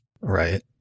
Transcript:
Right